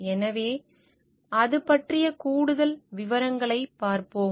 எனவே அது பற்றிய கூடுதல் விவரங்களைப் பார்ப்போம்